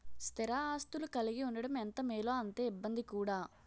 స్థిర ఆస్తులు కలిగి ఉండడం ఎంత మేలో అంతే ఇబ్బంది కూడా